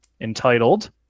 entitled